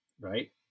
right